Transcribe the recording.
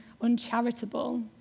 uncharitable